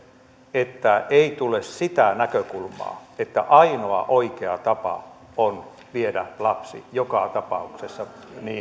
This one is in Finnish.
että ei tule sitä näkökulmaa että ainoa oikea tapa on viedä lapsi joka tapauksessa